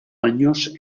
años